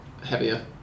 heavier